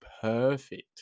perfect